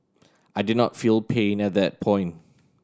I did not feel pain at that point